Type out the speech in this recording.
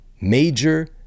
major